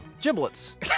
Giblets